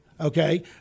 Okay